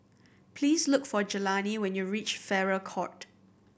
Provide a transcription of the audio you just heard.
please look for Jelani when you reach Farrer Court